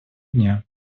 дня